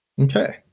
Okay